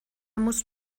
musst